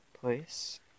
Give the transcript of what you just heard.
place